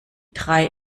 drei